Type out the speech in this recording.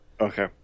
Okay